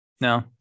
no